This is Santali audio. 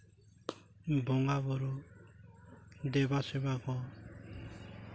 ᱵᱚᱸᱜᱟᱼᱵᱳᱨᱳ ᱫᱮᱵᱟ ᱥᱮᱵᱟ ᱠᱚ